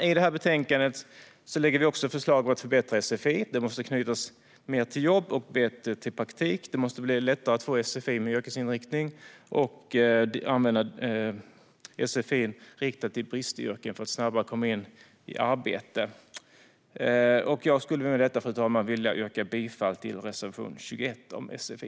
I det här betänkandet lägger vi också fram förslag om att förbättra sfi, som måste knytas mer till jobb och knytas bättre till praktik. Det måste bli lättare att få sfi med yrkesinriktning och att använda sfi riktad till bristyrken för att snabbare komma in i arbete. Jag skulle med detta, fru talman, vilja yrka bifall till reservation 21 om sfi.